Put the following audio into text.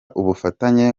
ubufatanye